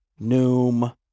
Noom